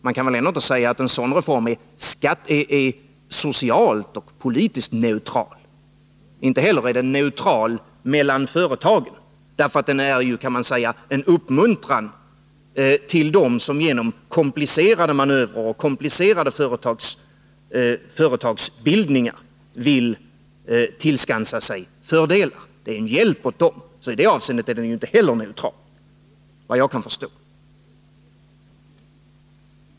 Man kan väl ändå inte säga att en sådan reform är socialt och politiskt neutral. Inte heller är den neutral när det gäller företagen, för den är ju en uppmuntran till dem som genom komplicerade manövrer och företagsbildningar vill tillskansa sig fördelar. I det avseendet är bestämmelsen alltså inte heller neutral, såvitt jag kan förstå.